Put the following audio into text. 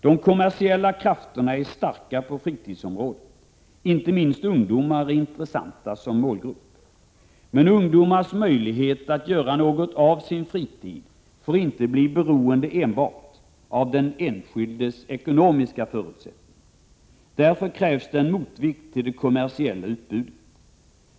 De kommersiella krafterna på fritidsområdet är starka; inte minst ungdomar är intressanta som målgrupp. Men ungdomars möjlighet att göra något av sin fritid får inte bli beroende enbart av den enskildes ekonomiska förutsättningar. Därför krävs det en motvikt till det kommersiella utbudet.